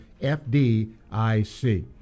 FDIC